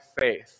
faith